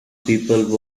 people